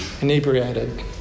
inebriated